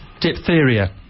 diphtheria